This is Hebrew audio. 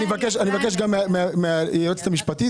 אני אבקש גם מהיועצת המשפטית,